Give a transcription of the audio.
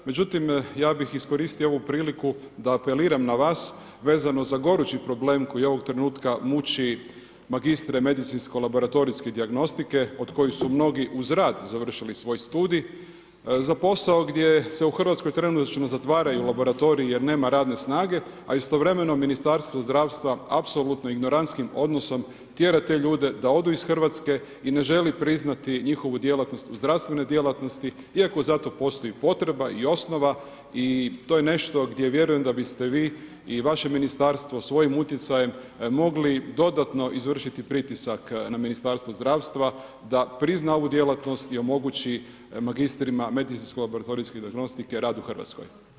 Međutim ja bih iskoristio ovu priliku da apeliram na vas vezano za gorući problem koji ovog trenutka muči magistre medicinsko laboratorijske dijagnostike, od koji su mnogi uz rad završili svoj studij, za posao gdje se u Hrvatskoj trenutačno zatvaraju laboratoriji jer nema radne snage, a istovremeno Ministarstvo zdravstva apsolutno ignorantskim odnosom tjera te ljude da odu iz Hrvatske i ne želi priznati njihovu djelatnost u zdravstvene djelatnosti, iako za to postoji potreba i osnova i to je nešto gdje vjerujem da biste vi i vaše ministarstvo svojim utjecajem mogli dodatno izvršiti pritisak na Ministarstvo zdravstva da prizna ovu djelatnost i omogući magistrima medicinsko-laboratorijske dijagnostike rad u Hrvatskoj.